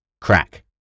Crack